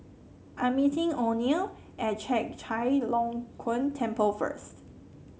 I'm meeting Oneal at Chek Chai Long Chuen Temple first